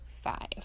five